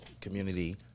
community